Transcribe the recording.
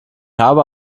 habe